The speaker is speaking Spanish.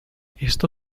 esto